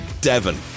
devon